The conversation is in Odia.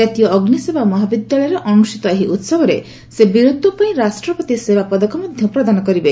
ଜାତୀୟ ଅଗ୍ରିସେବା ମହାବିଦ୍ୟାଳୟରେ ଅନୁଷ୍ଠିତ ଏହି ଉହବରେ ସେ ବୀରତ୍ୱପାଇଁ ରାଷ୍ଟ୍ରପତି ସେବା ପଦକ ମଧ୍ୟ ପ୍ରଦାନ କରିବେ